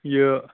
یہِ